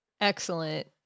Excellent